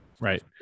Right